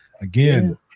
again